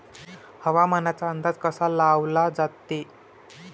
हवामानाचा अंदाज कसा लावला जाते?